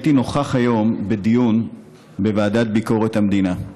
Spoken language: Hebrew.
הייתי נוכח היום בדיון בוועדת ביקורת המדינה.